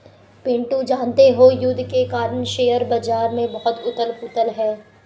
पिंटू जानते हो युद्ध के कारण शेयर बाजार में बहुत उथल पुथल है